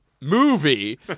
movie